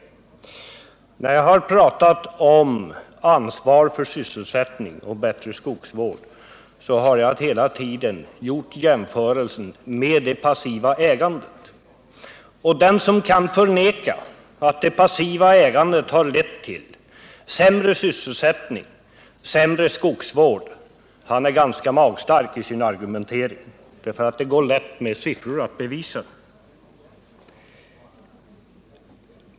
Nej, när jag har pratat om ansvar för sysselsättningen och bättre skogsvård har jag hela tiden gjort jämförelsen med det passiva ägandet. Den som förnekar att det passiva ägandet har lett till sämre sysselsättning och sämre skogsvård är ganska magstark i sin argumentering. Det går lätt att bevisa med siffror hur det förhåller sig.